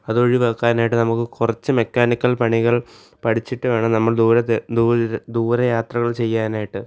അത് ഒഴിവാക്കാനായിട്ട് നമുക്ക് കുറച്ച് മെക്കാനിക്കൽ പണികൾ പഠിച്ചിട്ട് വേണം നമ്മൾ ദൂരത്ത് ദൂര ദൂര യാത്രകൾ ചെയ്യാനായിട്ട്